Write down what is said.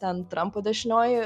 ten trampo dešinioji